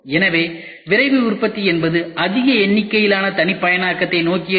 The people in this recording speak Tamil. எனவே விரைவு உற்பத்தி என்பது அதிக எண்ணிக்கையிலான தனிப்பயனாக்கத்தை நோக்கியது